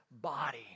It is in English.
body